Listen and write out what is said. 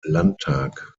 landtag